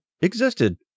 existed